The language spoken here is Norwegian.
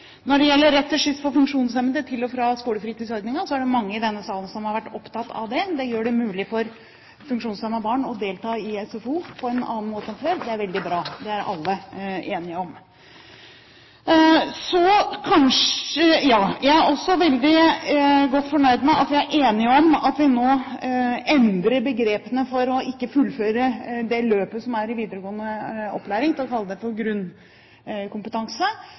Når det gjelder rett til skyss for funksjonshemmede til og fra skolefritidsordningen, er det mange i denne salen som har vært opptatt av det. Det gjør det mulig for funksjonshemmede barn å delta i SFO på en annen måte enn før. Det er veldig bra, det er alle enige om. Jeg er også veldig godt fornøyd med at vi er enige om at vi nå endrer begrepene for ikke å fullføre det løpet som er i videregående opplæring, til at alle får grunnkompetanse.